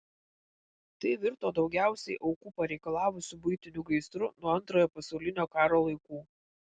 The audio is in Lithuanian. tai virto daugiausiai aukų pareikalavusiu buitiniu gaisru nuo antrojo pasaulinio karo laikų